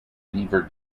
beaver